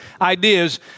ideas